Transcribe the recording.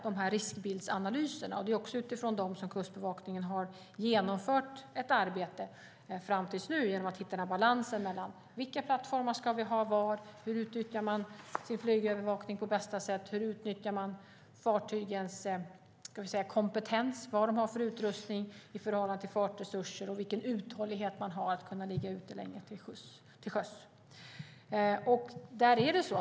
Det är utifrån dessa som Kustbevakningen fram till nu har genomfört ett arbete för att hitta balansen och se vilka plattformar det ska vara, hur flygövervakning och fartygens kompetens kan utnyttjas på bästa sätt, vad fartygen har för utrustning i förhållande till fartresurser och vilken uthållighet de har att ligga länge till sjöss.